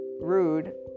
rude